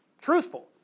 truthful